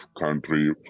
country